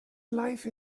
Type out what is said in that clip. life